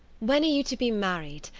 when are you to be married,